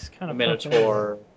Minotaur